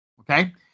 okay